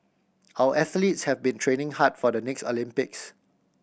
our athletes have been training hard for the next Olympics